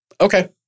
okay